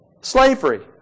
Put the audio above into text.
slavery